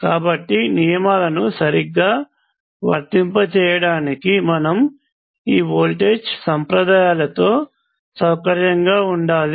కాబట్టి నియమాలను సరిగ్గా వర్తింపజేయడానికి మనము ఈ వోల్టేజ్ సంప్రదాయాలతో సౌకర్యంగా ఉండాలి